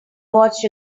watched